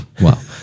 wow